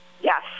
Yes